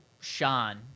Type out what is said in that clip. Sean